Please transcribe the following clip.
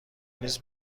نیز